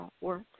work